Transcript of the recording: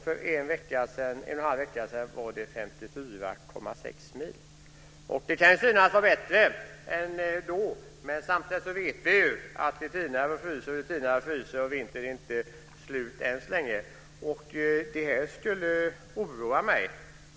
För en halv vecka sedan var det 54,6 mil. Det kan synas vara bättre än då, men samtidigt vet vi att vintern inte är slut än.